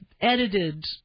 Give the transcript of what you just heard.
edited